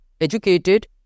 educated